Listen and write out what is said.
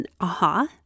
aha